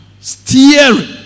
Steering